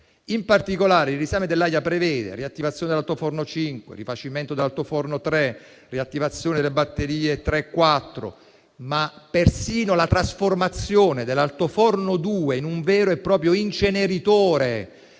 In particolare, il riesame dell'AIA prevede la riattivazione dell'altoforno 5, il rifacimento dell'altoforno 3, la riattivazione delle batterie 3 e 4 e persino la trasformazione dell'altoforno 2 in un vero e proprio inceneritore.